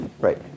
Right